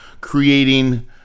creating